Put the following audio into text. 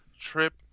trip